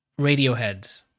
Radioheads